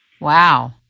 Wow